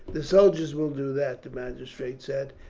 the soldiers will do that, the magistrate said,